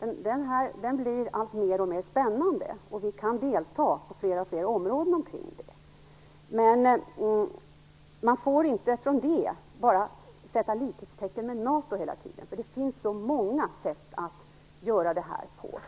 därhän blir alltmer spännande, och vi kan delta på fler och fler områden. Men man får inte utifrån det sätta likhetstecken med NATO hela tiden. Det finns så många sätt att göra det här på.